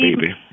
baby